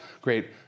great